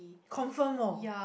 confirm orh